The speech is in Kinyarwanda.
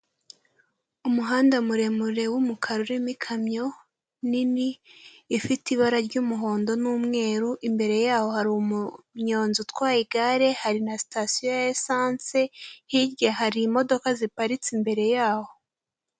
Umuhanda muremure w'umukara urimo ikamyo nini ifite ibara ry'umuhondo n'umweru, imbere yaho hari umunyonzi utwaye igare, hari na sitasiyo ya lisansi hirya hari imodoka ziparitse imbere yaho.